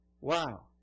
wow